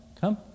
come